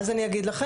אז אני אגיד לכם.